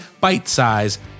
bite-sized